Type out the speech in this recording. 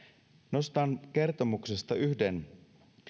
nostan kertomuksesta yhden